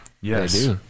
Yes